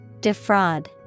Defraud